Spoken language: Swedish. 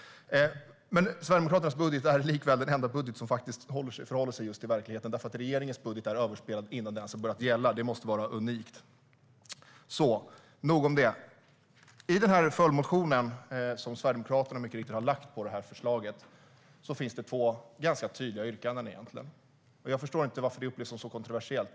Sverigedemokraternas budget är likväl den enda budget som förhåller sig just till verkligheten eftersom regeringens budget är överspelad innan den ens har börjat gälla. Det måste vara unikt. Nog om detta - i den följdmotion som Sverigedemokraterna mycket riktigt har väckt med anledning av förslaget finns två ganska tydliga yrkanden. Jag förstår inte varför det upplevs som så kontroversiellt.